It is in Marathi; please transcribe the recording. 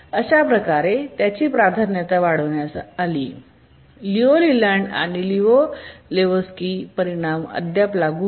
अशाप्रकारे त्याची प्राधान्यता वाढविण्यात आली आणि लिऊ लेलँड आणि लिऊ लेहोकस्कीचे परिणाम अद्याप लागू होते